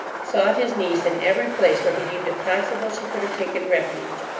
sought his niece in every place where he deemed it possible she could have taken refuge.